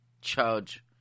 charge